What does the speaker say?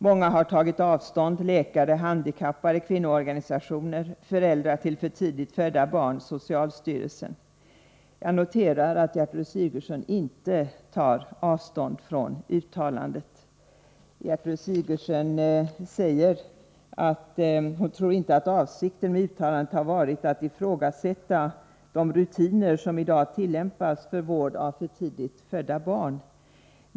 Många har tagit avstånd: läkare, handikappade, kvinnoorganisationer, föräldrar till för tidigt födda barn, socialstyrelsen. Jag noterar att Gertrud Sigurdsen inte tar avstånd från uttalandet. Gertrud Sigurdsen säger att hon inte tror att avsikten med uttalandet har varit att ifrågasätta de rutiner som i dag tillämpas för vård av för tidigt födda barn.